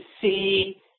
see